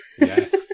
Yes